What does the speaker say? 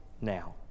now